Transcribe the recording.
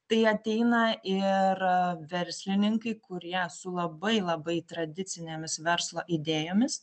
tai ateina ir verslininkai kurie su labai labai tradicinėmis verslo idėjomis